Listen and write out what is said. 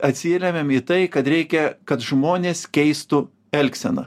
atsirėmiam į tai kad reikia kad žmonės keistų elgseną